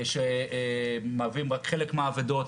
שהם מהווים רק חלק מהאבדות,